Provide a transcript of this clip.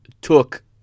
took